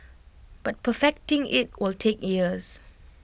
but perfecting IT will take years